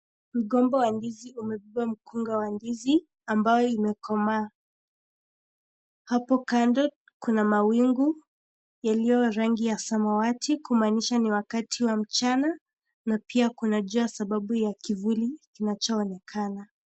Mgomba wa ndizi umebeba mkunga wa ndizi ambao imekomaa. Hapo kando kuna mawingu, yaliyo rangi ya samawati kumanisha ni wakati wa mchana na pia kuna jua sababu ya kivuli kinachoonekana.